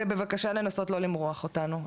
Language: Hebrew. ובבקשה לנסות לא למרוח אותנו,